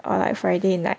or like Friday night